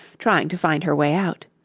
trying to find her way out.